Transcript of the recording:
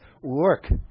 work